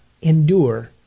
endure